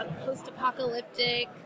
post-apocalyptic